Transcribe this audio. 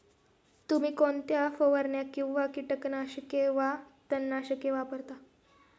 तुम्ही कोणत्या फवारण्या किंवा कीटकनाशके वा तणनाशके वापरता?